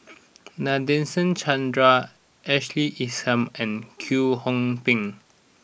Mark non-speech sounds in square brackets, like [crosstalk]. [noise] Nadasen Chandra Ashley Isham and Kwek Hong Png